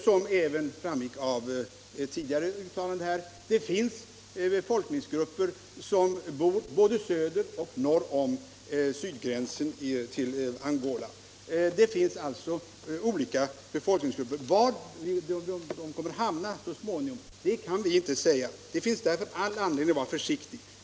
Som det har framgått redan av tidigare uttalanden här finns det olika befolkningsgrupper som bor både söder och norr om Angolas sydgräns. Var de kommer att hamna så småningom kan vi inte säga, och därför finns det all anledning att vara försiktig.